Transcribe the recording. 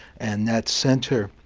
and that center